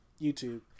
YouTube